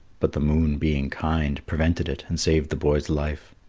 but the moon, being kind, prevented it and saved the boy's life.